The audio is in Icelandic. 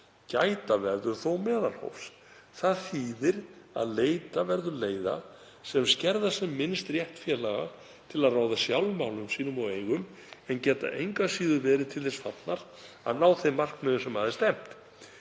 Gæta verður þó meðalhófs. Það þýðir að leita verður leiða sem skerða sem minnst rétt félaga til að ráða sjálf málum sínum og eigum en geta engu að síður verið til þess fallnar að ná þeim markmiðum sem að er stefnt.“